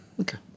Okay